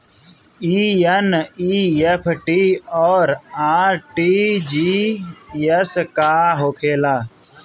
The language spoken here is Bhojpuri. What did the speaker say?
ई एन.ई.एफ.टी और आर.टी.जी.एस का होखे ला?